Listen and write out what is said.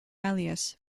alias